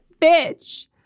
bitch